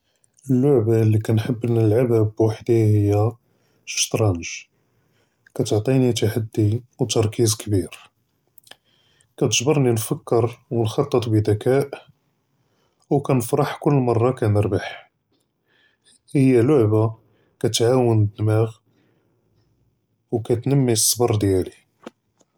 אֶלְלְעֻבָּה לִי כָּאנְחַבּ נְלַעַבְּהָ וּבּוּחְדִי הִיא שַׁטְרַנְג', כַּאתְעְטִינִי תַחַדִּי וְתַרְכִּיז כְּבִיר כַּאתְגַּבְּרְנִי נְפַכֶּר וְנְחַטֵּט בְּדִכָּא וְכָּאנְפַרַּח כּּל מַרָּה כַּאנְרְבַּח הִיא לְעְבָּה כַּאתְעַאוּן דִּמַאג וְכַאתְנַמִּי صַבְר דִּיַאלִי.